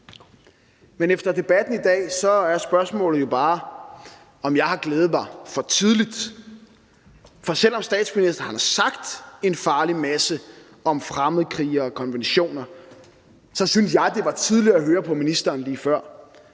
Men efter debatten i dag er spørgsmålet jo bare, om jeg har glædet mig for tidligt, for selv om statsministeren har sagt en farlig masse om fremmedkrigere og konventioner, synes jeg, det var tydeligt at høre på ministeren lige før,